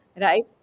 right